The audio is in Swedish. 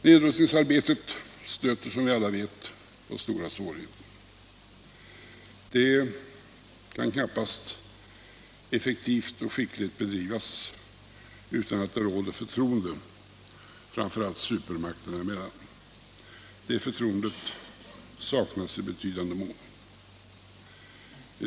Nedrustningsarbetet stöter, som vi alla vet, på stora svårigheter. Det kan knappast effektivt och skickligt bedrivas utan att det råder förtroende framför allt supermakterna emellan. Det förtroendet saknas i betydande mån.